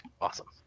Awesome